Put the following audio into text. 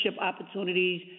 opportunities